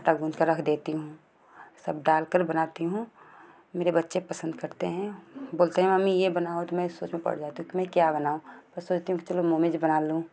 आटा गूँथ कर रख देती हूँ सब डाल कर बनाती हूँ मेरे बच्चे पसंद करते हैं बोलते हैं ये बनाओ मैं सोच में पड़ जाती हूँ मैं क्या बनाऊँ फिर सोचती हूँ कि चलो नॉनवेज बना लूँ